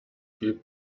viel